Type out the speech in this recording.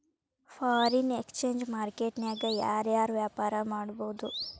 Foreign exchange market ನ್ಯಾಗ ಯಾರ್ ಯಾರ್ ವ್ಯಾಪಾರಾ ಮಾಡ್ಬೊದು?